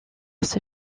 ses